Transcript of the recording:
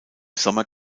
sommer